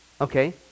Okay